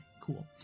cool